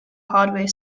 hardware